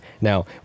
now